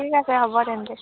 ঠিক আছে হ'ব তেন্তে